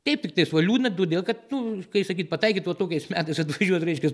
taip tiktais va liūdna todėl nu kad kai sakyt pataikyt va tokiais metais atvažiuot reiškias